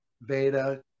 Veda